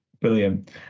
brilliant